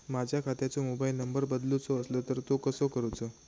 माझ्या खात्याचो mobile number बदलुचो असलो तर तो कसो करूचो?